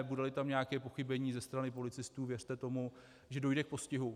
Budeli tam nějaké pochybení ze strany policistů, věřte tomu, že dojde k postihu.